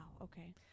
okay